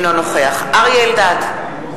אינו נוכח אריה אלדד,